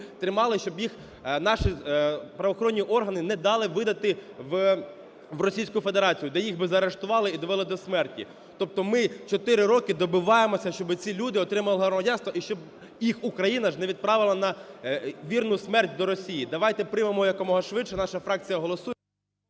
тримали, щоб їх наші правоохоронні органи не дали видати в Російську Федерацію, де їх би заарештували і довели до смерті. Тобто ми 4 роки добиваємося, щоб ці люди отримали громадянство і щоб їх Україна не відправила на вірну смерть до Росії. Давайте приймемо якомога швидше. Наша фракція голосує…